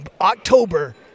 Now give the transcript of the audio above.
October